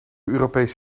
europese